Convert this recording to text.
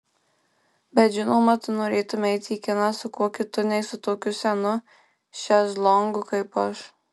bet žinoma tu norėtumei eiti į kiną su kuo kitu nei su tokiu senu šezlongu kaip aš